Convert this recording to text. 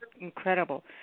incredible